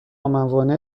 موانع